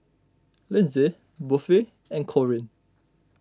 Lynsey Buffy and Corbin